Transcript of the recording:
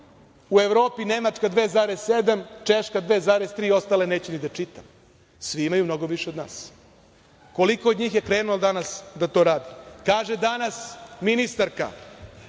u Evropi, Nemačka 2,7, Češka 2,3 i ostale neću ni da čitam. Svi imaju mnogo više od nas. Koliko od njih je krenulo danas da to radi? Kaže danas ministarka